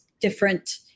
different